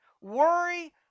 worry